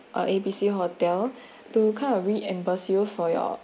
uh a b c hotel to kind of reimburse you for your